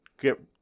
get